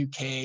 uk